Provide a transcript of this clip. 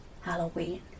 Halloween